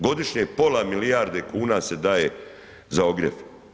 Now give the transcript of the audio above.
Godišnje pola milijarde kuna se daje za ogrjev.